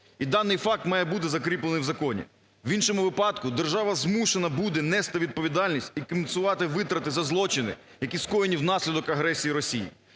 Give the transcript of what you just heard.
І даний факт має бути закріплений в законі. В іншому випадку держава змушена буде нести відповідальність і компенсувати витрати за злочини, які скоєні внаслідок агресії Росії.